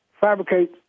fabricate